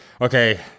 Okay